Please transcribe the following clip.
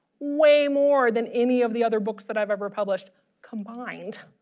way more than any of the other books that i've ever published combined